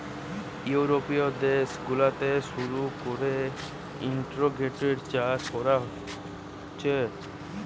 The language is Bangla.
ইউরোপীয় দেশ গুলাতে শুরু কোরে ইন্টিগ্রেটেড চাষ কোরছে